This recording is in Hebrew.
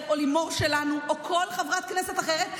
או לימור שלנו או כל חברת כנסת אחרת,